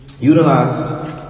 utilize